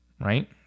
Right